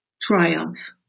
triumph